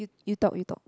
you talk you talk